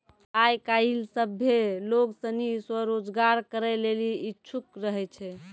आय काइल सभ्भे लोग सनी स्वरोजगार करै लेली इच्छुक रहै छै